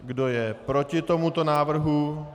Kdo je proti tomuto návrhu?